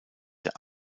der